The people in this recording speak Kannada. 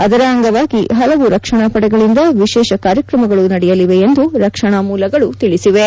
ಅದರ ಅಂಗವಾಗಿ ಹಲವು ರಕ್ಷಣಾ ಪಡೆಗಳಿಂದ ವಿಶೇಷ ಕಾರ್ಯಕ್ರಮಗಳು ನಡೆಯಲಿವೆ ಎಂದು ರಕ್ಷಣಾ ಮೂಲಗಳು ತಿಳಿಸಿವೆ